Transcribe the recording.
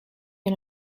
and